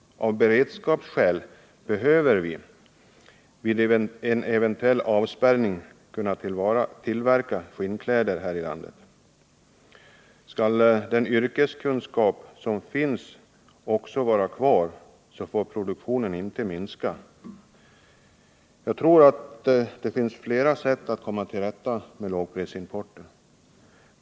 Av beredskapsskäl behöver vi vid en eventuell avspärrning kunna tillverka skinnkläder här i landet. Skall den yrkeskunskapen finnas kvar, får produktionen inte minska. Jag tror att det finns flera sätt att komma till rätta med lågprisimporten.